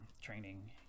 training